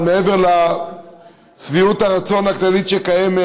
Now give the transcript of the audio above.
אבל מעבר לשביעות הרצון הכללית שקיימת,